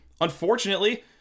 Unfortunately